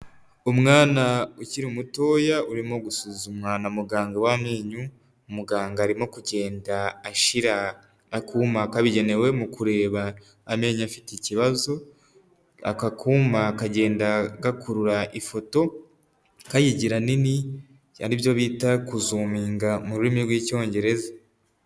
Umwana ukiri mutoya urimo gusuzumwa na muganga w'amenyo, muganga arimo kugenda ashyira akuma kabigenewe mu kureba amenyo afite ikibazo, aka kuma kagenda gakurura ifoto kayigira nini, ari byo bita kuzuminga mu rurimi rw'Icyongereza.